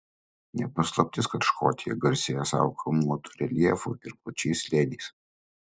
ne paslaptis kad škotija garsėja savo kalnuotu reljefu ir plačiais slėniais